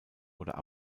oder